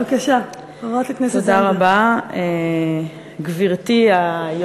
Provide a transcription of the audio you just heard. בבקשה, חברת הכנסת זנדברג.